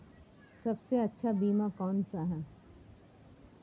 सबसे अच्छा बीमा कौनसा है?